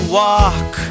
walk